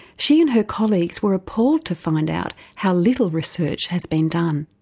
she and her colleagues were appalled to find out how little research has been done.